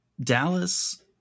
dallas